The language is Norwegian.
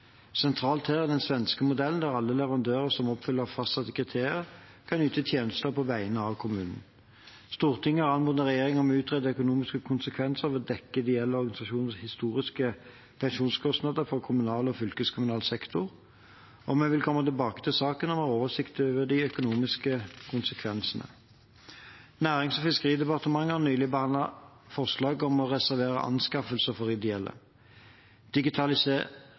Sentralt her er den svenske modellen, der alle leverandører som oppfyller fastsatte kriterier, kan yte tjenester på vegne av kommunen. Stortinget har anmodet regjeringen om å utrede økonomiske konsekvenser ved å dekke ideelle organisasjoners historiske pensjonskostnader for kommunal og fylkeskommunal sektor, og vi vil komme tilbake til saken når vi har oversikt over de økonomiske konsekvensene. Nærings- og fiskeridepartementet har nylig behandlet forslag om å reservere anskaffelser for ideelle.